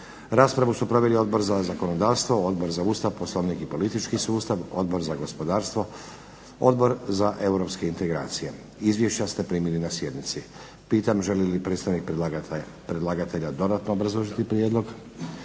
Raspravu su proveli Odbor za zakonodavstvo, Odbor za Ustav, Poslovnik i politički sustav, Odbor za gospodarstvo, Odbor za europske integracije. Izvješća ste primili na sjednici. Pitam želi li predstavnik predlagatelja dodatno obrazložiti prijedlog?